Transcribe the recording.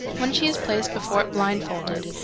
when she is placed before it blindfolded.